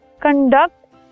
conduct